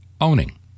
owning